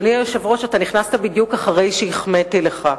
חבר הכנסת גפני, נכנסת בדיוק אחרי שהחמאתי לך,